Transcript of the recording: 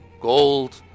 gold